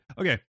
Okay